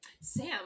Sam